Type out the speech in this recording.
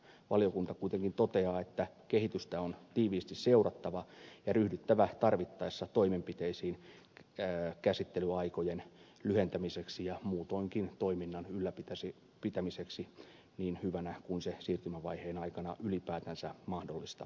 valiokunta kuitenkin toteaa että kehitystä on tiiviisti seurattava ja ryhdyttävä tarvittaessa toimenpiteisiin käsittelyaikojen lyhentämiseksi ja muutoinkin toiminnan ylläpitämiseksi niin hyvänä kuin se siirtymävaiheen aikana ylipäätänsä mahdollista on